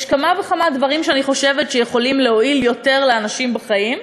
יש כמה וכמה דברים שאני חושבת שיכולים להועיל לאנשים יותר בחיים,